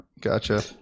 Gotcha